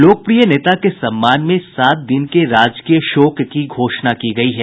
लोकप्रिय नेता के सम्मान में सात दिन के राजकीय शोक की घोषणा की गई है